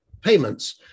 payments